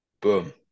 Boom